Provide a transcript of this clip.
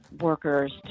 workers